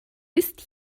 ist